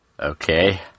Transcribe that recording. Okay